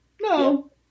No